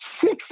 six